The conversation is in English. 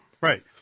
Right